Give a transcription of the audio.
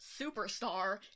superstar